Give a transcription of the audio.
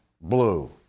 blue